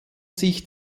sich